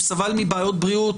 הוא סבל מבעיות בריאות,